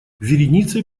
вереницей